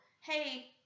hey